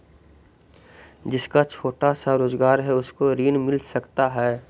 जिसका छोटा सा रोजगार है उसको ऋण मिल सकता है?